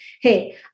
hey